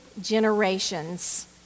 generations